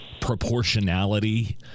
proportionality